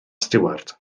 stiward